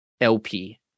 LP